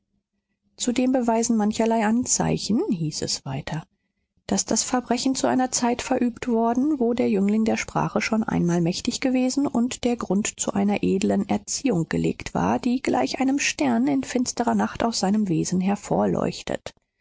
gereichte zudem beweisen mancherlei anzeichen hieß es weiter daß das verbrechen zu einer zeit verübt worden wo der jüngling der sprache schon einmal mächtig gewesen und der grund zu einer edeln erziehung gelegt war die gleich einem stern in finsterer nacht aus seinem wesen